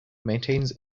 maintains